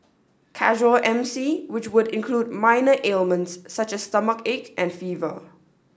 casual M C which would include minor ailments such as stomachache and fever